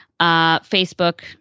Facebook